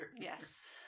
yes